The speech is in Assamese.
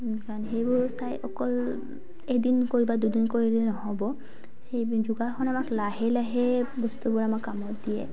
কাৰণ সেইবোৰ চাই অকল এদিন কৰি বা দুদিন কৰিলেই নহ'ব সেই যোগাসন আমাক লাহে লাহে বস্তুবোৰ আমাক কামত দিয়ে